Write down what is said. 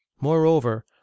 moreover